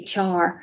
hr